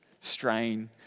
strain